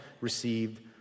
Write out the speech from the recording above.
received